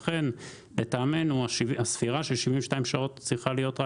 לכן הספירה של 72 שעות צריכה להיות רק